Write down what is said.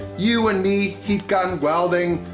you and me, heat gun, welding.